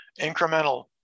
incremental